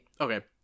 Okay